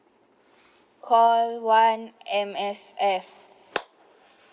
call one M_S_F